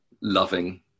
loving